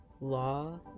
law